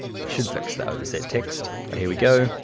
i should fix the over set text, here we go,